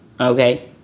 Okay